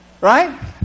Right